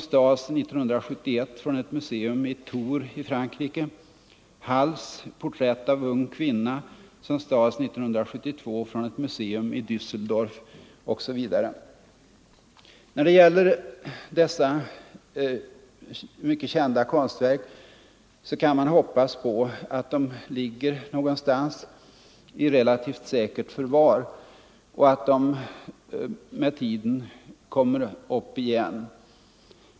Där finns ett Mem När det gäller dessa mycket kända konstverk kan man hoppas att de ligger någonstans i relativt säkert förvar och att de med tiden kommer att dyka upp igen utan allvarliga skador.